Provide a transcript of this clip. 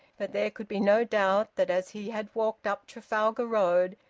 but there could be no doubt, that as he had walked up trafalgar road,